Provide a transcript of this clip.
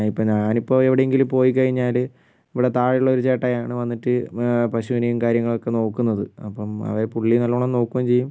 ഇപ്പം ഞാനിപ്പം എവിടെങ്കിലും പോയിക്കഴിഞ്ഞാൽ ഇവിടെ താഴെയുള്ള ഒരു ചേട്ടായിയാണ് വന്നിട്ട് പശൂനേം കാര്യങ്ങളൊക്കെ നോക്കുന്നത് അപ്പം ആ പുള്ളി നല്ലോണം നോക്കേം ചെയ്യും